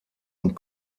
und